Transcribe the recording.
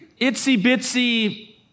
itsy-bitsy